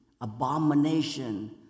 abomination